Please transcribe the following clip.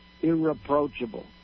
Irreproachable